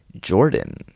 Jordan